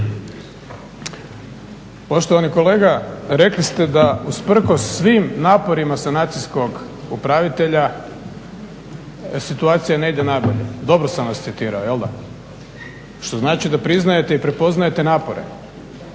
Poštovani kolega, rekli ste da usprkos svim naporima sanacijskog upravitelja situacija ne ide nabolje, dobro sam vas citirao što znači da priznajete i prepoznajete napore.